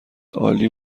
عالی